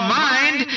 mind